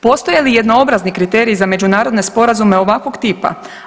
Postoje li jednoobrazni kriteriji za međunarodne sporazume ovakvog tipa?